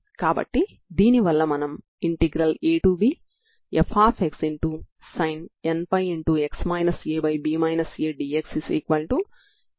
కాబట్టి సరిహద్దు నియమాలు ఏమైనప్పటికీ మీరు స్ట్రింగ్ యొక్క వైబ్రేషన్లను చక్కగా పొందుతారు సరేనా